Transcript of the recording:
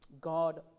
God